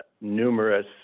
numerous